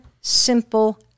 simple